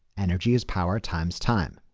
energy is power times time.